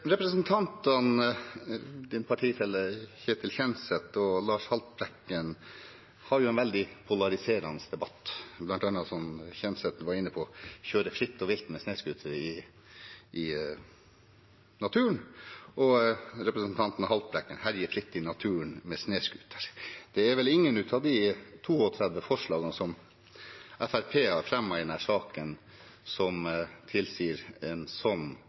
Ketil Kjenseth, statsrådens partifelle, og Lars Haltbrekken har en veldig polariserende debatt. Kjenseth var bl.a. inne på det å kjøre «fritt og vilt» med snøscooter i naturen, og Haltbrekken sa «herje fritt med snøscooter i naturen». Det er vel ingen av de 32 forslagene som Fremskrittspartiet har fremmet i denne saken, som tilsier en